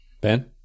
Ben